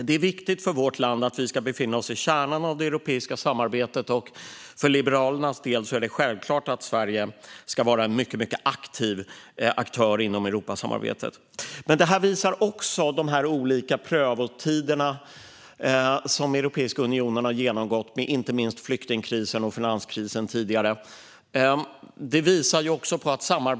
Det är viktigt för vårt land att befinna sig i kärnan av det europeiska samarbetet, och för Liberalernas del är det självklart att Sverige ska vara en mycket, mycket aktiv aktör inom Europasamarbetet. Det här visar också de olika prövningar som Europeiska unionen har genomgått tidigare, inte minst flyktingkrisen och finanskrisen.